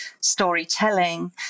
storytelling